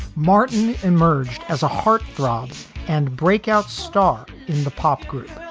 martin emerged as a heartthrob and breakout star in the pop group.